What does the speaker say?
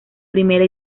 primera